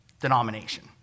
denomination